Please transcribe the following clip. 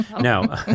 No